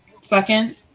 Second